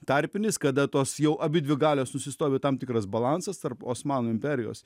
tarpinis kada tos jau abidvi galios nusistovi tam tikras balansas tarp osmanų imperijos